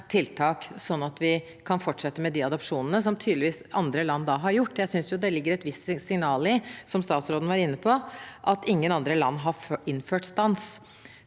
at vi kan fortsette med adopsjoner, som andre land tydeligvis har gjort. Jeg synes det ligger et visst signal i, som statsråden var inne på, at ingen andre land har innført stans.